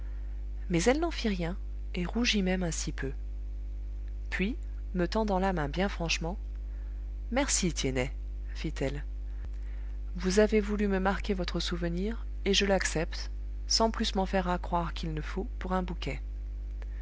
mais elle n'en fit rien et rougit même un si peu puis me tendant la main bien franchement merci tiennet fit-elle vous avez voulu me marquer votre souvenir et je l'accepte sans plus m'en faire accroire qu'il ne faut pour un bouquet